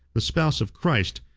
the spouse of christ,